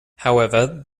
however